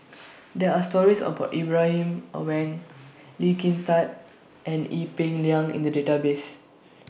There Are stories about Ibrahim Awang Lee Kin Tat and Ee Peng Liang in The Database